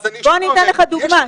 אתן לך דוגמה.